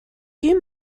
you